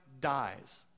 dies